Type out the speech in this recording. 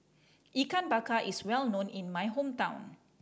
Ikan Bakar is well known in my hometown